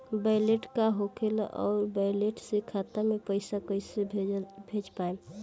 Wallet का होखेला और वैलेट से खाता मे पईसा कइसे भेज पाएम?